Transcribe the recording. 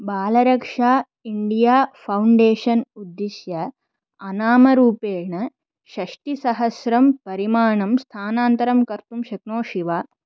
Balraksha India foundation उद्दिश्य अनामरूपेण षष्टिसहस्रं परिमाणं स्थानान्तरं कर्तुं शक्नोषि वा